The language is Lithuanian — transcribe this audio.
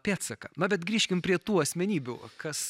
pėdsaką na bet grįžkim prie tų asmenybių kas